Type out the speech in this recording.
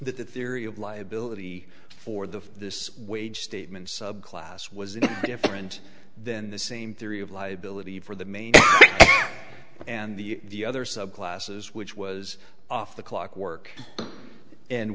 that the theory of liability for the this wage statement subclass was different than the same theory of liability for the main and the other subclasses which was off the clock work and